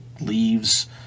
leaves